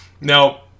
Now